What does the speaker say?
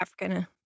African